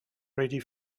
ready